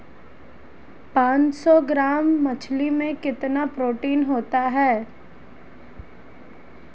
पांच सौ ग्राम मछली में कितना प्रोटीन होता है?